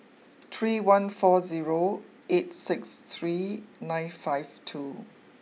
three one four zero eight six three nine five two